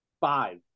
five